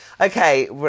Okay